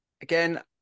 again